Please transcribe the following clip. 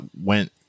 went